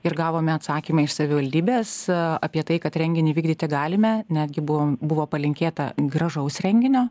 ir gavome atsakymą iš savivaldybės apie tai kad renginį vykdyti galime netgi buvo buvo palinkėta gražaus renginio